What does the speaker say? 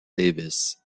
davis